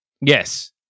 Yes